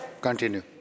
continue